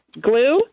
Glue